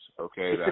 Okay